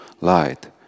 light